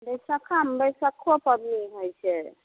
बैशाखामे बैशखो पाबनि होइ छै